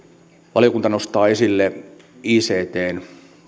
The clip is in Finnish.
valiokunta nostaa esille ictn